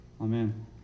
Amen